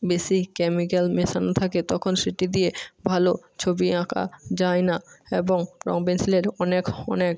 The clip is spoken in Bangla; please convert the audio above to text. বেশি কেমিক্যাল মেশানো থাকে তখন সেটি দিয়ে ভালো ছবি আঁকা যায় না এবং রঙ পেনসিলের অনেক অনেক